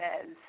says